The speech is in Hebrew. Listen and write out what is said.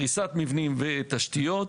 הריסת מבנים ותשתיות.